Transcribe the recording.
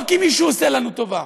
לא כי מישהו עושה לנו טובה,